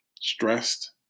stressed